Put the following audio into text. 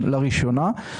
לראשונה.